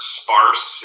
sparse